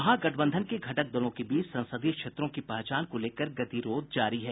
महागठबंधन के घटक दलों के बीच संसदीय क्षेत्रों की पहचान को लेकर गतिरोध जारी है